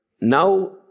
now